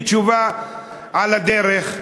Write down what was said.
תשובה על הדרך.